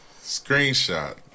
Screenshot